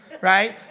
right